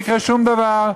לא יקרה שום דבר,